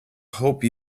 hope